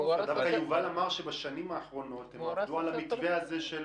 יובל אמר שבשנים האחרונות הם עבדו על המתווה הזה של